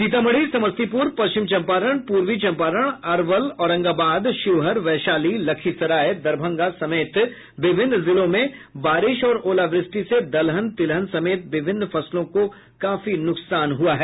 सीतामढ़ी समस्तीपुर पश्चिम चंपारण पूर्वी चंपारण अरवल औरंगाबाद शिवहर वैशाली लखीसराय दरभंगा समेत विभिन्न जिलों में बारिश और ओलावृष्टि से दलहन तिलहन समेत विभिन्न फसलों को काफी नुकसान पहुंचा है